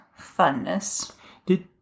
funness